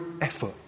effort